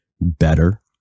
better